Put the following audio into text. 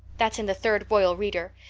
that's in the third royal reader.